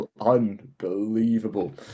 unbelievable